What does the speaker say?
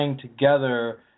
together